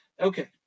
Okay